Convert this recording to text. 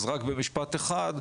במשפט אחד,